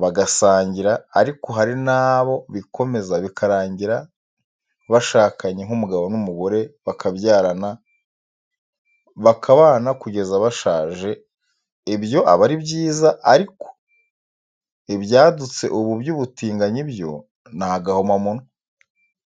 bagasangira, ariko hari n'abo bikomeza bikarangira bashakanye nk'umugabo n'umugore, bakabyarana, bakabana kugeza bashaje, ibyo aba ari byiza, ariko ibyadutse ubu by'ubutinganyi byo ni agahomamunwa.